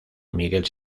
miguel